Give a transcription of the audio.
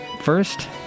First